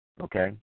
okay